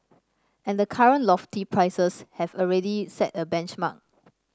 and the current lofty prices have already set a benchmark